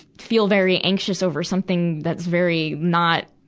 feel very anxious over something that's very not,